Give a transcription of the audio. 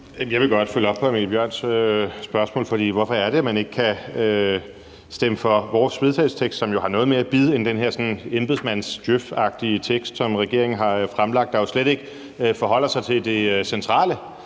Jeg vil godt følge op på hr. Mikkel Bjørns spørgsmål. For hvorfor er det, at man ikke kan stemme for vores vedtagelsestekst, som jo har noget mere bid end den her embedsmands- og djøfagtige vedtagelsestekst, som regeringen har fremsat? Den forholder sig jo slet ikke til det centrale,